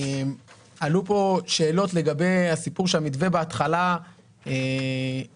עלו כאן שאלות לגבי הסיפור שהמתווה בהתחלה מדבר